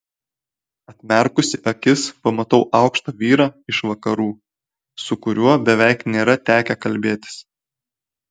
atmerkusi akis pamatau aukštą vyrą iš vakarų su kuriuo beveik nėra tekę kalbėtis